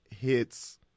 hits